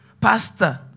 pastor